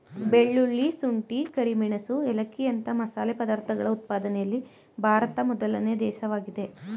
ಬೆಳ್ಳುಳ್ಳಿ, ಶುಂಠಿ, ಕರಿಮೆಣಸು ಏಲಕ್ಕಿಯಂತ ಮಸಾಲೆ ಪದಾರ್ಥಗಳ ಉತ್ಪಾದನೆಯಲ್ಲಿ ಭಾರತ ಮೊದಲನೇ ದೇಶವಾಗಿದೆ